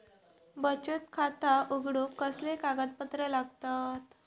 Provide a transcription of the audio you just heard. बचत खाता उघडूक कसले कागदपत्र लागतत?